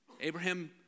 Abraham